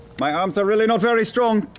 my arms are really not very strong.